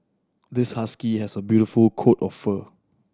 this husky has a beautiful coat of fur